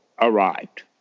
arrived